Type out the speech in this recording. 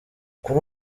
kuri